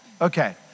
Okay